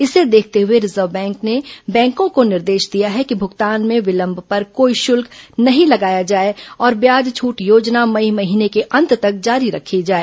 इसे देखते हुए रिजर्व बैंक ने बैंकों को निर्देश दिया है कि भूगतान में विलंब पर कोई शुल्क नहीं लगाया जाए और ब्याज छूट योजना मई महीने के अंत तक जारी रखी जाए